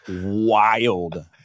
wild